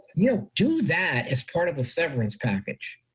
yeah do that as part of a severance package.